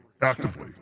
Actively